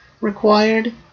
required